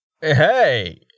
Hey